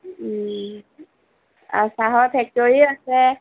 চাহৰ ফেক্টৰীও আছে